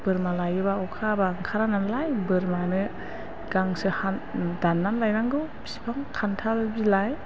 बोरमा लायोब्ला अखा हाबा ओंखारानालाय बोरमानो गांसो दाननानै लायनांगौ बिफां खान्थाल बिलाइ